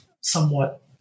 somewhat